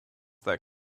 that